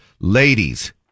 Ladies